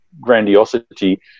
grandiosity